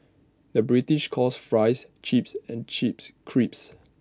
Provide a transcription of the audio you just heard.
the British calls Fries Chips and Chips Crisps